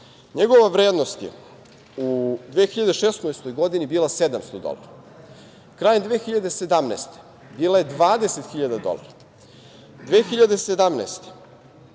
Njegova vrednost je u 2016. godini bila 700 dolara, krajem 2017. godine bila je 20.000 dolara,